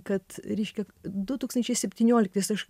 kad reiškia du tūkstančiai septynioliktais aš